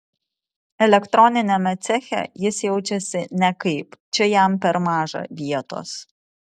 elektroniniame ceche jis jaučiasi nekaip čia jam per maža vietos